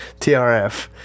TRF